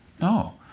no